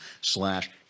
slash